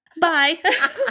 Bye